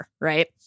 right